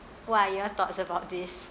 what are your thoughts about this